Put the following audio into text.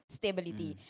stability